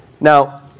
Now